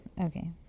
Okay